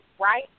right